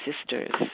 sisters